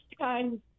time